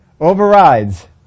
overrides